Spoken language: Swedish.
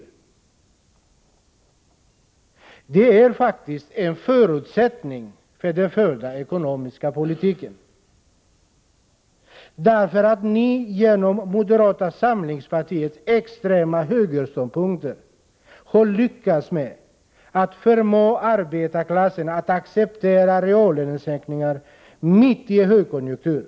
Det är faktiskt en förutsättning för den förda ekonomiska politiken. Tack vare moderata samlingspartiets extrema högerståndpunkter har socialdemokraterna lyckats förmå arbetarklassen att acceptera reallönesänkningar mitt i högkonjunkturen.